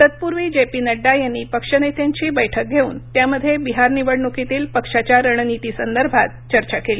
तत्पूर्वी जेपी नड्डा यांनी पक्षनेत्यांची बैठक घेऊन त्यामध्ये बिहार निवडणुकीतील पक्षाच्या रणनीतीसंदर्भात चर्चा केली